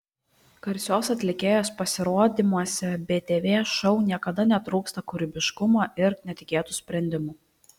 garsios atlikėjos pasirodymuose btv šou niekada netrūksta kūrybiškumo ir netikėtų sprendimų